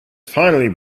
finally